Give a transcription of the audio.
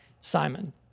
Simon